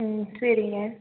ம் சரிங்க